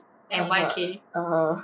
(uh huh)